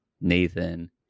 Nathan